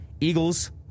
Eagles